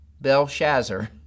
Belshazzar